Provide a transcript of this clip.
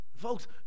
Folks